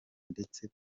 ndetse